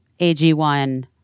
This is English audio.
AG1